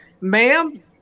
ma'am